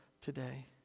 today